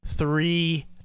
Three